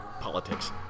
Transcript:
politics